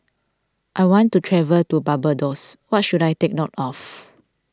I want to travel to Barbados what should I take note of